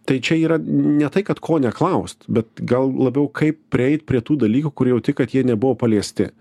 tai čia yra ne tai kad ko neklaust bet gal labiau kaip prieit prie tų dalykų kur jauti kad jie nebuvo paliesti